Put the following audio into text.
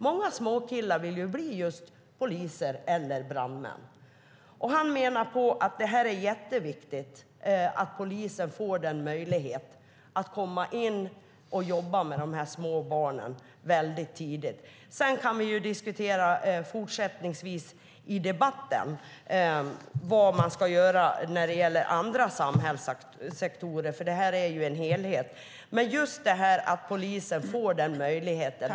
Många småkillar vill bli just poliser eller brandmän. Han menar att det är jätteviktigt att polisen får möjlighet att komma in och jobba med de små barnen väldigt tidigt. Sedan kan vi i debatten fortsättningsvis diskutera vad man ska göra när det gäller andra samhällssektorer, för det är ju en helhet. Men det gäller just att polisen får möjligheten.